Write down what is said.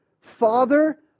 father